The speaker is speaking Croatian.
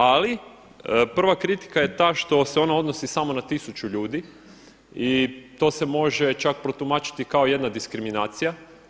Ali prva kritika je ta što se ona odnosi samo na 1000 ljudi i to se može čak protumačiti kao jedna diskriminacija.